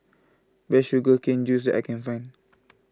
the Sugar Cane Juice that I can find